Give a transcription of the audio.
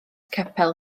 capel